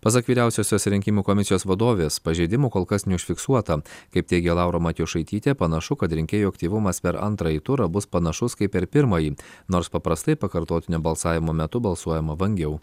pasak vyriausiosios rinkimų komisijos vadovės pažeidimų kol kas neužfiksuota kaip teigia laura matjošaitytė panašu kad rinkėjų aktyvumas per antrąjį turą bus panašus kaip per pirmąjį nors paprastai pakartotinio balsavimo metu balsuojama vangiau